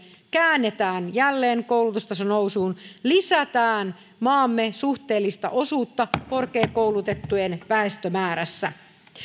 käännetään jälleen koulutustaso nousuun lisätään maamme suhteellista osuutta korkeakoulutettujen väestömäärässä